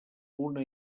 una